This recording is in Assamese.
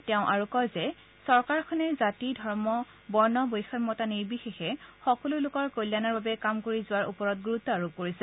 তেওঁ আৰু কয় যে তেওঁৰ চৰকাৰখনে জাতি ধৰ্ম আৰু বৰ্ণ বৈষমতা নিৰ্বিশেষ সকলো লোকৰ কল্যাণৰ হকে কাম কৰি যোৱৰ ওপৰত গুৰুত্ আৰোপ কৰিছে